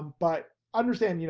but understand, you